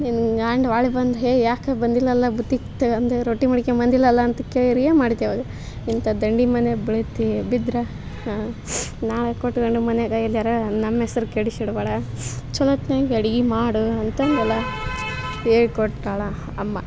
ನಿನ್ನ ಗಂಡ ಒಳಗೆ ಬಂದು ಹೆ ಯಾಕೆ ಬಂದಿಲ್ಲ ಅಲ್ಲಾ ಬುತ್ತಿ ತಗಂಡು ರೊಟ್ಟಿ ಮಾಡಿಕಂಡು ಬಂದಿಲ್ಲ ಅಲ್ಲಾ ಅಂತ ಕೇಳಿರೆ ಏನು ಮಾಡ್ತಿ ಅವಾಗ ಇಂಥಾ ದಂಡಿ ಮನೆ ಬೆಳಿತಿ ಬಿದ್ರ ನಾಳೆ ಕೊಟ್ಕಂಡು ಮನ್ಯಾಗ ಎಲ್ಯಾರ ನಮ್ಮ ಹೆಸರು ಕೆಡಿಸಿರ್ಬ್ಯಾಡ ಚಲೋತ್ನೆ ಅಡಿಗಿ ಮಾಡು ಅಂತಂದೆಲ್ಲಾ ಹೇಳಿ ಕೊಡ್ತಾಳ ಅಮ್ಮ